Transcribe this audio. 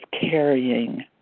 carrying